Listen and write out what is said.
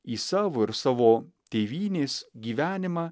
į savo ir savo tėvynės gyvenimą